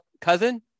Cousin